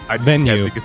Venue